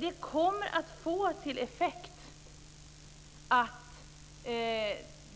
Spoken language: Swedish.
Detta kommer att få till effekt att